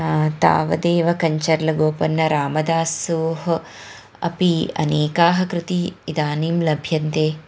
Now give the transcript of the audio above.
तावदेव कञ्चर्लगोपन्न रामदासोः अपि अनेकाः कृति इदानीं लभ्यन्ते